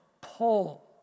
pull